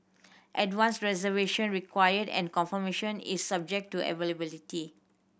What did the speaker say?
advance reservation required and confirmation is subject to availability